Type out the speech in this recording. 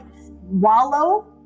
wallow